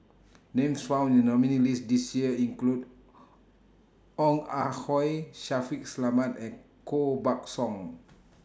Names found in The nominees' list This Year include Ong Ah Hoi Shaffiq Selamat and Koh Buck Song